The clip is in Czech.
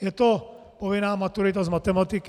Je to povinná maturita z matematiky.